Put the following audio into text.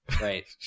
right